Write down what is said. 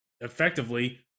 effectively